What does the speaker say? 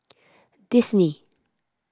Disney